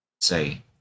say